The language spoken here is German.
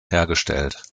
hergestellt